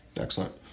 Excellent